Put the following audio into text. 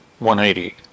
180